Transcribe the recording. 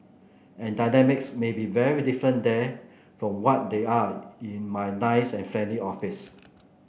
and dynamics may be very different there from what they are in my nice and friendly office